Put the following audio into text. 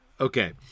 okay